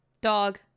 Dog